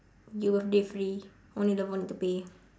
you birthday free only lebron need to pay